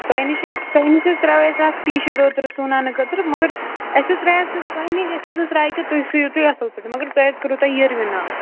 تۄہہِ نِش حظ تۄہہِ نِش حظ ترٛاوے اَسہِ اَکھ ٹی شٲٹ اوترٕ سُوناونہٕ خٲطرٕ مگر اَسہِ حظ ترٛایا سُہ تۄہہِ نِش اَسہِ حظ ٲس راے کہِ تُہۍ سُیِو تُہۍ اَصٕل پٲٹھۍ مگر تۄہہِ حظ کٔروٕ تۄہہِ یِروِناو